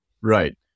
Right